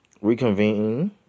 reconvene